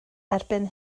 erbyn